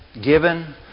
given